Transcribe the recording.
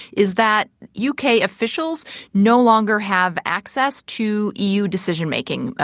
is that u k. officials no longer have access to eu decision making.